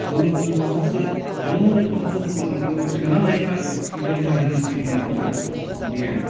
जोंनि बे माखासे हारिमुवारि खोथाखौ जों जुदि बेयाव सोना लायोबा अब्ला हले बे धोरोम सिबिनाया जोंहा बेयो